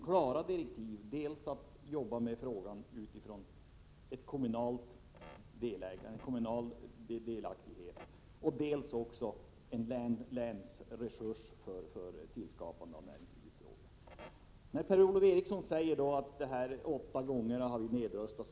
Dels skall utredningen jobba med frågan med utgångspunkt i strävan att kommunen blir delaktig i detta sammanhang, dels skall utredningen ta fasta på den länsresurs som här finns för tillskapandet av möjligheter inom näringslivet. Per-Ola Eriksson säger att vi har röstat ned centerns förslag åtta gånger.